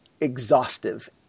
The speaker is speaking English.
exhaustive